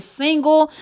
single